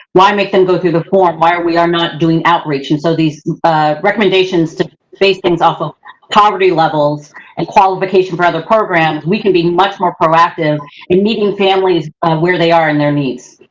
why make them go through the form? why are we are not doing outreach? and so, these recommendations to base things off of poverty levels and qualification for other programs, we can be much more proactive in meeting families where they are and their needs.